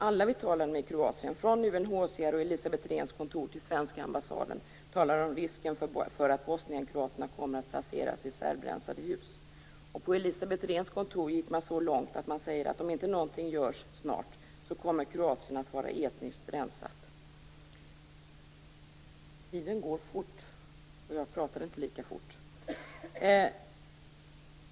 Alla vi talade med i Kroatien, från UNHCR och Elisabeth Rehns kontor till svenska ambassaden, talar om risken för att bosnienkroaterna kommer att placeras i serbrensade hus. På Elisabeth Rehns kontor gick man så långt att man sade, att om inte någonting görs snart kommer Kroatien att vara etniskt rensat.